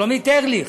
שלומית ארליך,